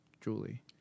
Julie